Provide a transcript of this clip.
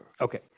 Okay